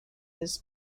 his